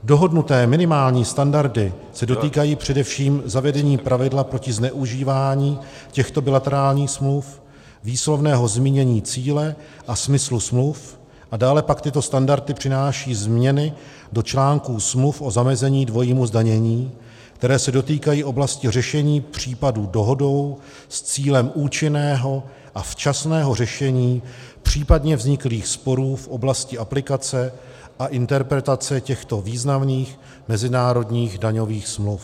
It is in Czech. Dohodnuté minimální standardy se dotýkají především zavedení pravidla proti zneužívání těchto bilaterálních smluv, výslovného zmínění cíle a smyslu smluv a dále pak tyto standardy přináší změny do článků smluv o zamezení dvojímu zdanění, které se dotýkají oblasti řešení případů dohodou s cílem účinného a včasného řešení případně vzniklých sporů v oblasti aplikace a interpretace těchto významných mezinárodních daňových smluv.